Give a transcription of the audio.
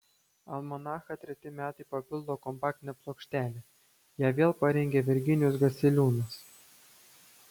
almanachą treti metai papildo kompaktinė plokštelė ją vėl parengė virginijus gasiliūnas